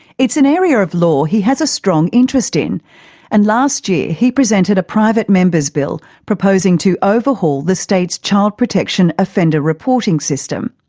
it's an area of law he has a strong interest in and last year he presented a private members bill proposing to overhaul the state's child protection offender reporting system.